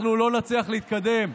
אנחנו לא נצליח להתקדם.